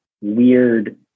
weird